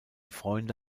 freunde